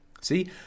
See